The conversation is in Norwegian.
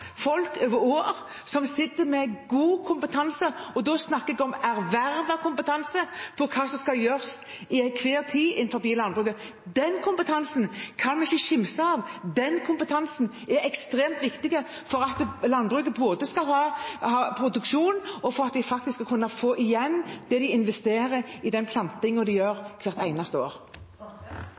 folk over år som sitter med god kompetanse – og da snakker jeg om ervervet kompetanse – på hva som skal gjøres til enhver tid innen landbruket. Den kompetansen kan vi ikke kimse av. Den kompetansen er ekstremt viktig for at landbruket både skal ha produksjon og for at de faktisk skal kunne få igjen det de investerer i den plantingen de gjør hvert eneste år.